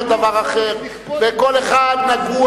עכשיו כל דבר גורר דבר אחר וכל אחד נגוע